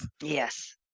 Yes